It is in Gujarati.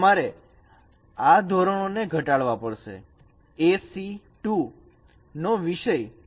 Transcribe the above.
તેથી તમારે આ ધોરણોને ઘટાડવા પડશે || AC 2 || નો વિષય || C || 1